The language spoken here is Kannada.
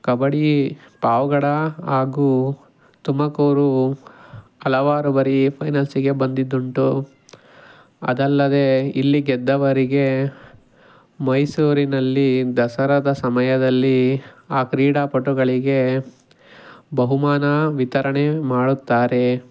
ಕಬಡ್ಡಿ ಪಾವುಗಡ ಹಾಗೂ ತುಮಕೂರು ಹಲವಾರು ಬಾರಿ ಫೈನಲ್ಸಿಗೆ ಬಂದಿದ್ದುಂಟು ಅದಲ್ಲದೇ ಇಲ್ಲಿ ಗೆದ್ದವರಿಗೆ ಮೈಸೂರಿನಲ್ಲಿ ದಸರಾದ ಸಮಯದಲ್ಲಿ ಆ ಕ್ರೀಡಾ ಪಟುಗಳಿಗೆ ಬಹುಮಾನ ವಿತರಣೆ ಮಾಡುತ್ತಾರೆ